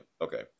Okay